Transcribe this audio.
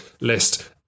list